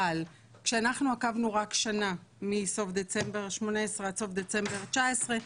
אבל כשאנחנו עקבנו רק שנה מסוף דצמבר 2018 עד סוף דצמבר 2019,